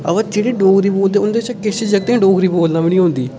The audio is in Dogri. अगर थोह्ड़े डोगरी बोलदे उं'दे चा किश जागतें डोगरी बोलना बी नेईं औंदी